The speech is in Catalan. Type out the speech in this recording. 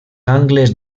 angles